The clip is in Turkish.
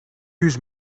yüz